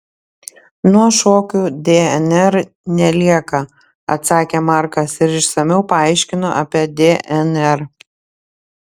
nuo šokių dnr nelieka atsakė markas ir išsamiau paaiškino apie dnr